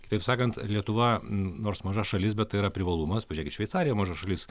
taip sakant lietuva nors maža šalis bet tai yra privalumas pažiūrėkit į šveicariją maža šalis